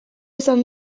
izan